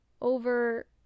over